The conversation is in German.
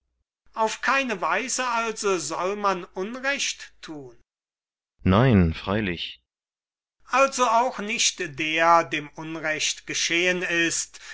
auf keine weise also soll man unrecht tun kriton nein freilich sokrates also auch nicht der dem unrecht geschehen ist